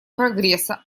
прогресса